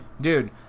dude